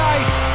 ice